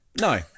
No